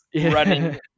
Running